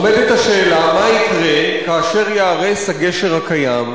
עומדת השאלה מה יקרה כאשר ייהרס הגשר הקיים,